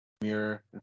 mirror